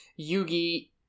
yugi